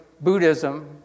Buddhism